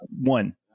one